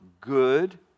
good